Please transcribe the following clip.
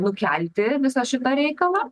nukelti visą šitą reikalą